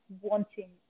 wanting